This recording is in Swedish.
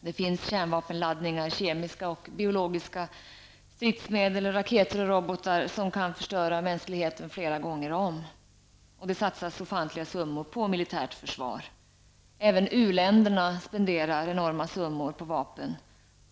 Det finns kärnvapenladdningar, kemiska och biologiska stridsmedel, raketer och robotar som kan förgöra mänskligheten flera gånger om. Det satsas ofantliga summor på militärt försvar. Även uländerna spenderar enorma summor på vapen.